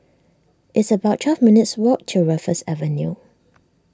it's about twelve minutes' walk to Raffles Avenue